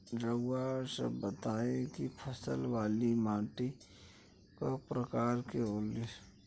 रउआ सब बताई कि फसल वाली माटी क प्रकार के होला?